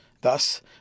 Thus